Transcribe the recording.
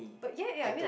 but ya ya I mean like